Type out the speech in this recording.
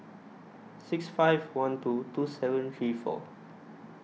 six five one two two seven three four